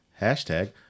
Hashtag